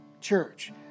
church